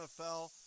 NFL